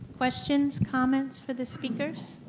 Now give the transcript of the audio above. questions, comments for the speakers?